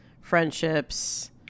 friendships